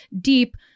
deep